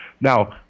Now